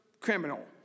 Criminal